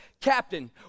captain